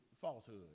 falsehood